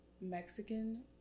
Mexican